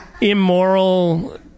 immoral